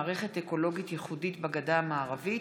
אזור תעשייה על מערכת אקולוגית ייחודית בגדה המערבית.